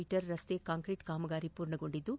me ರಸ್ತೆಯ concrete ಕಾಮಗಾರಿ ಪೂರ್ಣಗೊಂಡಿದ್ದು